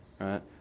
right